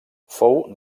fou